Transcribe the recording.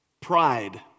Pride